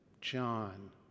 John